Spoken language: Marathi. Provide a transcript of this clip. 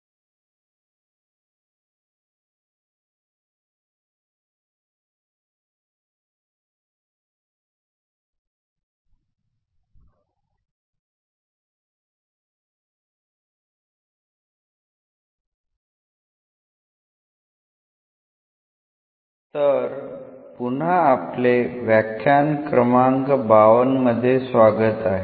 तर पुन्हा आपले व्याख्यान क्रमांक 52 मध्ये स्वागत आहे